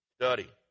Study